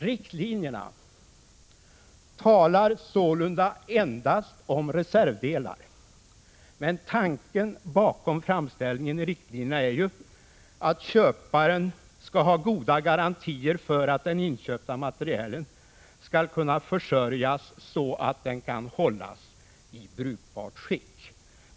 Riktlinjerna talar sålunda endast om reservdelar, men tanken bakom framställningen i riktlinjerna är ju att köparen skall ha goda garantier för att den inköpta materielen skall kunna försörjas så att den kan hållas i brukbart skick.